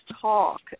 talk